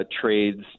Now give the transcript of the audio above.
trades